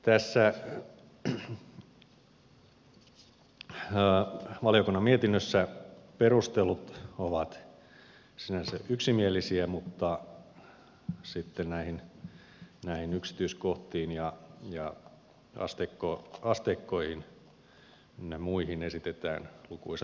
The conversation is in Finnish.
tässä valiokunnan mietinnössä perustelut ovat sinänsä yksimielisiä mutta sitten näihin yksityiskohtiin ja asteikkoihin ynnä muihin esitetään lukuisa joukko vastalauseita